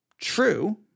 True